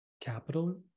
capital